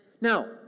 Now